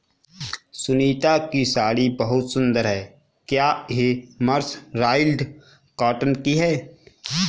सुनीता की साड़ी बहुत सुंदर है, क्या ये मर्सराइज्ड कॉटन की है?